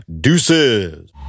Deuces